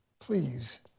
Please